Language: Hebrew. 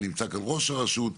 ונמצא כאן ראש הרשות.